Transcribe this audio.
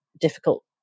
difficult